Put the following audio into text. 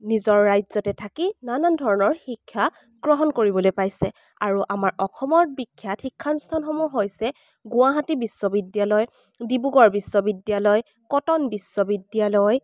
নিজৰ ৰাজ্যতে থাকি নানান ধৰণৰ শিক্ষা গ্ৰহণ কৰিবলৈ পাইছে আৰু আমাৰ অসমত বিখ্যাত শিক্ষানুষ্ঠানসমূহ হৈছে গুৱাহাটী বিশ্ববিদ্যালয় ডিব্ৰুগড় বিশ্ববিদ্যালয় কটন বিশ্ববিদ্যালয়